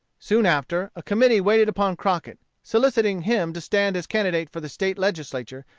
soon after, a committee waited upon crockett, soliciting him to stand as candidate for the state legislature,